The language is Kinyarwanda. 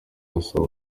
yasaba